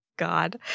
God